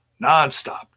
Nonstop